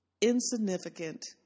insignificant